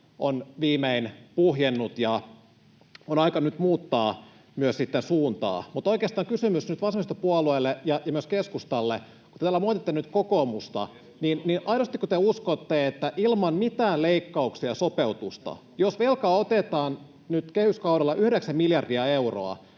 on viimein puhjennut ja on aika nyt muuttaa myös sitten suuntaa. Mutta oikeastaan kysymys nyt vasemmistopuolueille ja myös keskustalle, kun te täällä moititte kokoomusta: [Vilhelm Junnilan välihuuto] Aidostiko te uskotte, että mitään leikkauksia ja sopeutusta, jos velkaa otetaan nyt kehyskaudella 9 miljardia euroa,